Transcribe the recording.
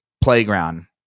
playground